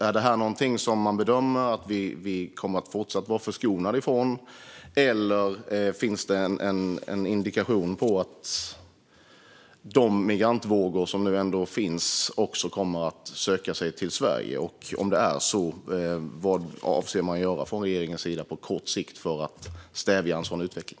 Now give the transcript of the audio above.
Är detta någonting som man bedömer att vi fortsatt kommer att vara förskonade från, eller finns det en indikation på att de migrantvågor som nu ändå finns också kommer att söka sig till Sverige? Och om det är så, vad avser man då att göra från regeringens sida på kort sikt för att stävja en sådan utveckling?